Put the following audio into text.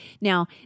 Now